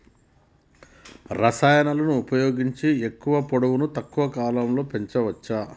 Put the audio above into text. రసాయనాలను ఉపయోగించి ఎక్కువ పొడవు తక్కువ కాలంలో పెంచవచ్చా?